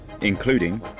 including